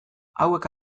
hauek